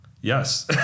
yes